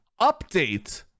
update